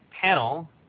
panel